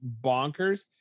bonkers